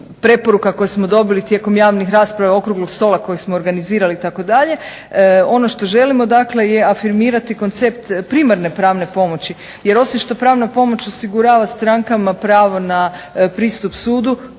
preporuka koje smo dobili tijekom javnih rasprava i okruglog stola kojeg smo organizirali itd., ono što želimo dakle je afirmirati koncept primarne pravne pomoći. Jer osim što pravna pomoć osigurava strankama pravo na pristup sudu,